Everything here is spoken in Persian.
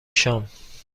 شام